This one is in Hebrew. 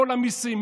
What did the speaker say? כל המיסים,